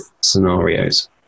scenarios